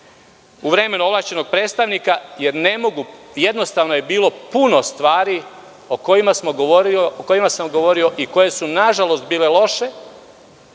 u vremenu ovlašćenog predstavnika, jer je bilo puno stvari o kojima sam govorio i koje su nažalost bile